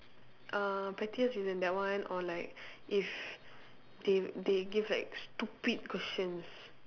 uh pettiest reason that one or like if they they give like stupid questions